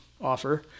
offer